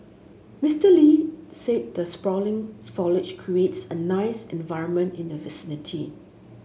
Mister Lee say the sprawling foliage creates a nice environment in the vicinity